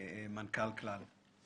מנכ"ל כלל,